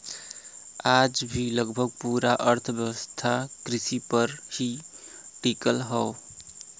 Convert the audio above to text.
आज भी लगभग पूरा अर्थव्यवस्था कृषि पर ही टिकल हव